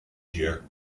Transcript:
year